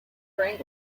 frank